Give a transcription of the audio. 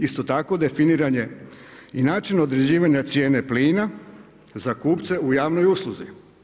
Isto tako, definiran je i način određivanje cijene plina za kupce u javnoj usluzi.